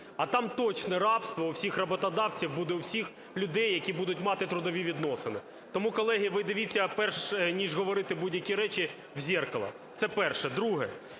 А там точно рабство у всіх роботодавців буде у всіх людей, які будуть мати трудові відносини. Тому, колеги, ви дивіться, перш ніж говорити будь-які речі, в зеркало. Це – перше. Друге.